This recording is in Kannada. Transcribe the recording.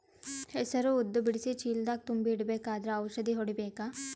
ಹೆಸರು ಉದ್ದ ಬಿಡಿಸಿ ಚೀಲ ದಾಗ್ ತುಂಬಿ ಇಡ್ಬೇಕಾದ್ರ ಔಷದ ಹೊಡಿಬೇಕ?